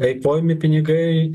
eikvojami pinigai